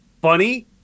funny